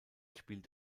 spielt